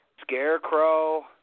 Scarecrow